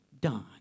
done